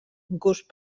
gust